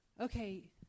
okay